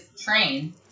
train